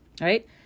right